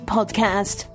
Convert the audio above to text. Podcast